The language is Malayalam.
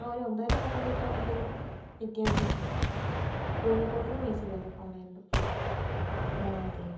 ഒരു ഒൻപത് അര പത്ത് മണിയൊക്കെ ആകുമ്പഴത്തേക്കും എത്തിയാൽ മതി കോഴിക്കോട് നിന്ന് മൈസൂര് വരെ പോകണമായിരുന്നു ആ അതെ അതെ